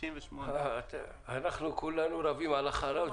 אנחנו כולנו רבים על החלב,